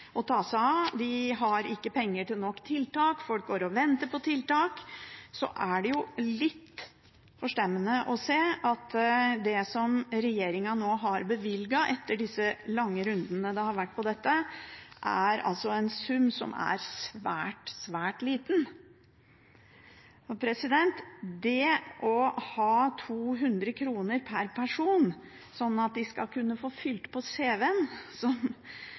å ta seg av, de har ikke penger til nok tiltak, folk går og venter på tiltak – så er det litt forstemmende å se at det regjeringen nå har bevilget etter de lange rundene det har vært om dette, er en sum som er svært, svært liten. 200 kr per person, slik at de skal få fylt på CV-en, som